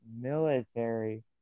military